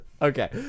Okay